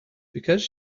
because